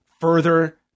further